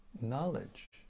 knowledge